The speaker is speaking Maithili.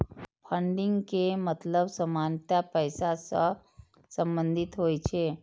फंडिंग के मतलब सामान्यतः पैसा सं संबंधित होइ छै